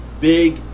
big